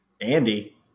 Andy